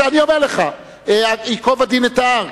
אני אומר לך שייקוב הדין את ההר.